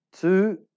Two